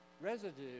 residue